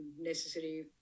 necessary